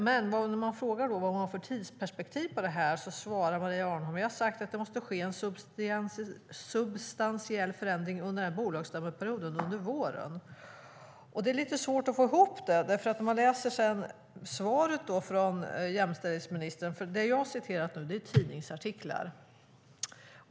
När man frågar vilket tidsperspektiv hon har på detta svarar Maria Arnholm: "Jag har sagt att det måste ske en substantiell förändring under den här bolagsstämmeperioden, under våren." Det är lite svårt att få ihop det, när man sedan läser svaret från jämställdhetsministern. Det jag har citerat nu är tidningsartiklar.